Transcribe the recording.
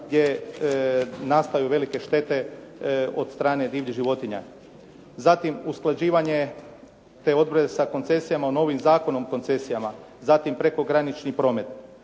gdje nastaju velike štete od strane divljih životinja. Zatim usklađivanje te odredbe sa koncesijama novim Zakonom o koncesijama, zatim prekogranični promet.